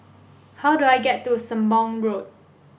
how do I get to Sembong Road